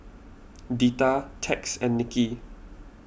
Deetta Tex and Nicky